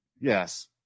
Yes